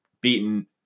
beaten